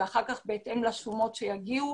ואחר כך בהתאם לשומות שיגיעו,